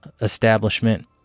establishment